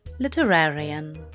Literarian